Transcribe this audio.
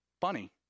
Funny